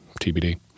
TBD